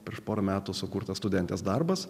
prieš porą metų sukurtas studentės darbas